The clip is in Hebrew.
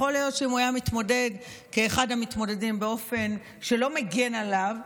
יכול להיות שאם הוא היה מתמודד כאחד המתמודדים באופן שלא מגן עליו,